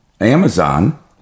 Amazon